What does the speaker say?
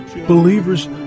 believers